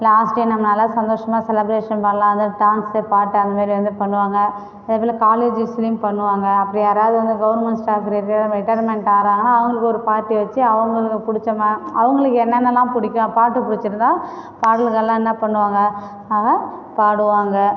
last தினம்னால சந்தோஷமாக celebration பண்ணலாம் அந்த டான்ஸு பாட்டு அந்தமாரி வந்து பண்ணுவாங்கள் அது போல் காலேஜஸ்லியும் பண்ணுவாங்க அப்படி யாராவது வந்து கவுர்மெண்ட் ஸ்டாஃப் ரிட்டைர் ரிட்டைர்மெண்ட் ஆகிறாங்கன்னா அவங்களுக்கு ஒரு பார்ட்டி வச்சு அவங்களுக்கு பிடிச்ச மா அவங்களுக்கு என்னென்னலாம் பிடிக்கும் பாட்டு பிடிச்சிருந்தா பாடல்களெலாம் என்ன பண்ணுவாங்கள் அவங்க பாடுவாங்கள்